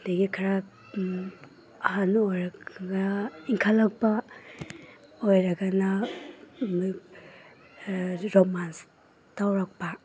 ꯑꯗꯒꯤ ꯈꯔ ꯑꯍꯜ ꯑꯣꯏꯔꯒ ꯏꯟꯈꯠꯂꯛꯄ ꯑꯣꯏꯔꯒꯅ ꯔꯣꯃꯥꯟꯁ ꯇꯧꯔꯛꯄ